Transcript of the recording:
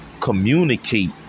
communicate